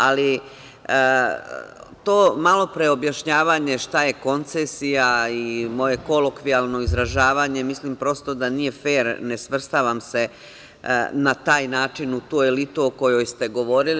Ali, to malopre objašnjavanje šta je koncesija i moje kolokvijalno izražavanje, mislim prosto, da nije fer, ne svrstavam se na taj način u tu elitu o kojoj ste govorili.